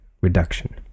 reduction